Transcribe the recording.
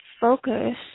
focus